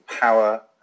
power